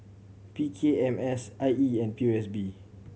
P K M S I E and P O S B